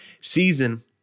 season